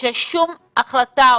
ששום החלטה,